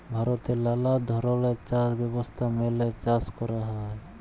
ভারতে লালা ধরলের চাষ ব্যবস্থা মেলে চাষ ক্যরা হ্যয়